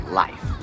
life